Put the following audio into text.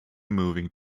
moving